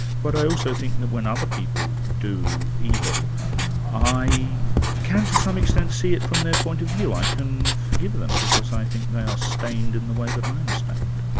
but i also think that when other people do evil i can, to some extent, see it from their point of view, i can forgive them, because i think they are stained in the way that i am stained.